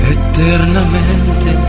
eternamente